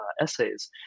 essays